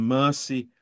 mercy